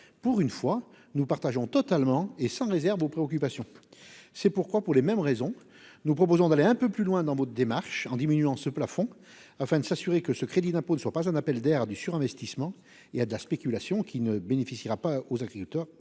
pour une fois nous partageons totalement et sans réserve aux préoccupations. C'est pourquoi pour les mêmes raisons. Nous proposons d'aller un peu plus loin dans votre démarche en diminuant ce plafond afin de s'assurer que ce crédit d'impôt ne soit pas un appel d'air du surinvestissement. Il y a de la spéculation qui ne bénéficiera pas aux agriculteurs.